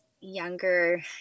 younger